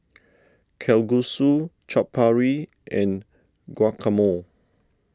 Kalguksu Chaat Papri and Guacamole